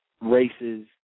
races